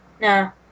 No